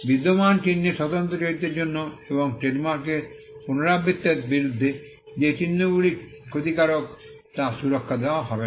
বিদ্যমান চিহ্নের স্বতন্ত্র চরিত্রের জন্য এবং ট্রেডমার্কের পুনরাবৃত্তের বিরুদ্ধে যে চিহ্নগুলি ক্ষতিকারক তা সুরক্ষা দেওয়া হবে না